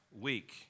week